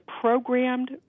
programmed